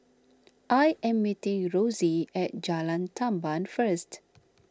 I am meeting Rossie at Jalan Tamban first